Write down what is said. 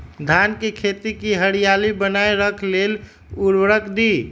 धान के खेती की हरियाली बनाय रख लेल उवर्रक दी?